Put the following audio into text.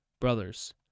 Brothers